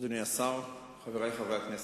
אדוני השר, חברי חברי הכנסת,